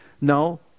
No